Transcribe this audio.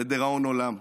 לדיראון עולם.